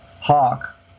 Hawk